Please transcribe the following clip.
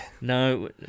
no